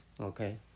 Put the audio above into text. Okay